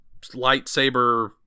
lightsaber